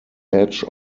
edge